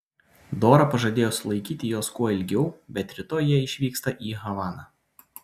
dora pažadėjo sulaikyti juos kuo ilgiau bet rytoj jie išvyksta į havaną